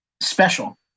special